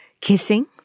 kissing